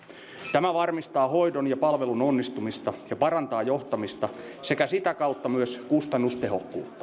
tämä varmistaa hoidon ja palvelun onnistumista ja parantaa johtamista sekä sitä kautta myös